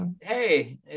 hey